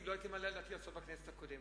לא הייתי מעלה על דעתי לעשות בכנסת הקודמת,